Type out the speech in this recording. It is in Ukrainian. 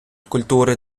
культури